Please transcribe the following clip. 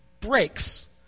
breaks